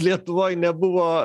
lietuvoj nebuvo